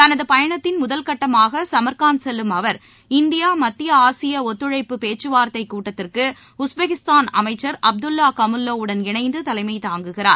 தனது பயணத்தின் முதல் கட்டமாக சுமர்கான் செல்லும் அவர் இந்தியா மத்திய ஆசியா ஒத்துழைப்பு பேச்கவார்த்தை கூட்டத்திற்கு உஸ்பெகிஸ்தாள் அமைச்சர் அப்துல்வா கமுல்வோ வுடன் இணைந்து தலைமை தாங்குகிறார்